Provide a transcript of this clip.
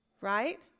right